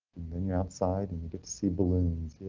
then you're outside and you get to see balloons,